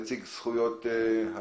נציג האגודה לזכויות האזרח?